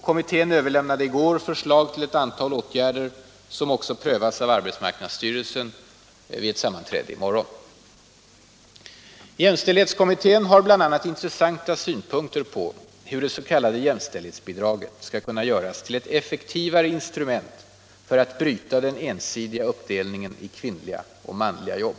Kommittén överlämnade i går förslag till ett antal åtgärder, som också prövas av arbetsmarknadsstyrelsen vid ett sammanträde i morgon. Jämställdshetskommittén har bl.a. intressanta synpunkter på hur det s.k. jämställdhetsbidraget skall kunna göras till ett effektivare instrument för att bryta den ensidiga uppdelningen i kvinnliga och manliga jobb.